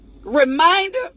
reminder